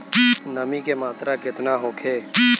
नमी के मात्रा केतना होखे?